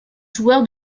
joueur